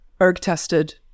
erg-tested